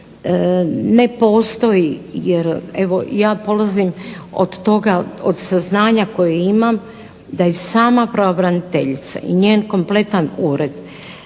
ne postoji jer evo ja polazim od toga, od saznanja koja imam da je sama pravobraniteljica i njen kompletan ured,